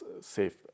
safe